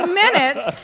minutes